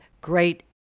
great